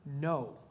no